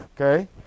Okay